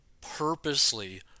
purposely